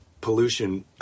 pollution